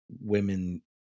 women